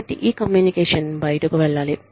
కాబట్టి ఈ కమ్యూనికేషన్ బయటకు వెళ్ళాలి